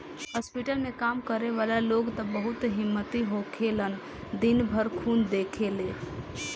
hospital में काम करे वाला लोग त बहुत हिम्मती होखेलन दिन भर खून देखेले